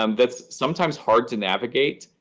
um that's sometimes hard to navigate,